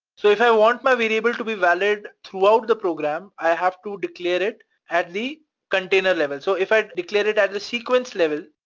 so if i want my variable to be valid throughout the program, i have to declare it as the container level. so if i declare it at the sequence level,